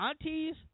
Aunties